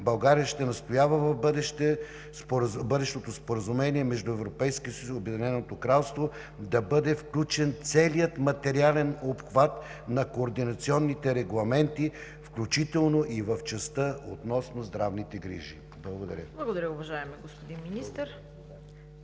България ще настоява в бъдещото споразумение между Европейския съюз и Обединеното кралство да бъде включен целият материален обхват на координационните регламенти, включително и в частта относно здравните грижи. Благодаря. ПРЕДСЕДАТЕЛ ЦВЕТА КАРАЯНЧЕВА: Благодаря, уважаеми господин Министър.